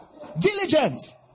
Diligence